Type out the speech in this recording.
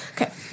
Okay